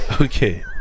Okay